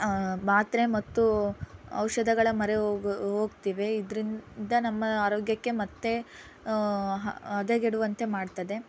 ಮಾತ್ರೆ ಮತ್ತು ಔಷಧಗಳ ಮೊರೆ ಹೋಗ್ ಹೋಗ್ತೇವೆ ಇದರಿಂದ ನಮ್ಮ ಆರೋಗ್ಯಕ್ಕೆ ಮತ್ತೆ ಹ ಹದಗೆಡುವಂತೆ ಮಾಡ್ತದೆ